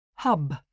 Hub